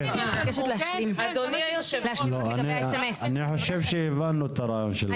אני חושב שהבנו את הרעיון שלכם.